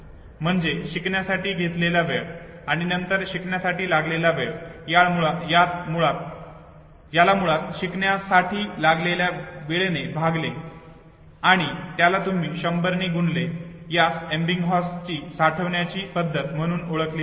म्हणजे शिकण्यासाठी घेतलेला वेळ आणि नंतर शिकण्यासाठी लागलेला वेळ याला मुळात शिकण्यासाठी लागलेल्या वेळेने भागले आणि त्याला तुम्ही 100 ने गुणले तर यालाच एबिंगहॉसची साठविण्याची पद्धत म्हणून ओळखली जाते